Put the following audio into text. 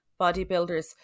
bodybuilders